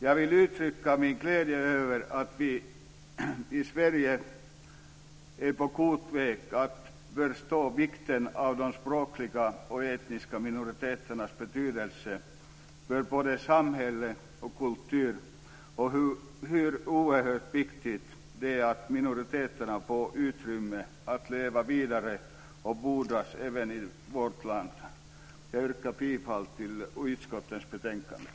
Jag vill uttrycka min glädje över att vi i Sverige är på god väg att förstå de språkliga och etniska minoriteternas betydelse för både samhälle och kultur och hur oerhört viktigt det är att minoriteterna får utrymme att leva vidare och frodas även i vårt land. Jag yrkar bifall till utskottets förslag.